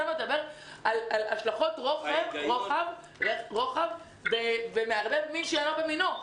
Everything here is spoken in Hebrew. אתה מדבר על השלכות רוחב ומערבב מין בשאינו מינו,